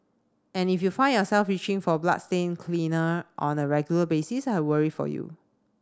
and if you find yourself reaching for bloodstain cleaner on a regular basis I worry for you